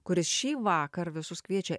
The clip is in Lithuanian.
kuris šįvakar visus kviečia